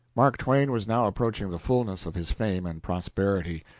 mark twain was now approaching the fullness of his fame and prosperity.